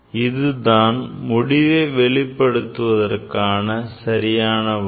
இதுதான் முடிவை வெளிப்படுத்துவதற்கான சரியான வழி